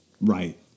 right